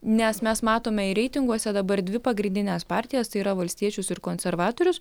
nes mes matome ir reitinguose dabar dvi pagrindines partijas tai yra valstiečius ir konservatorius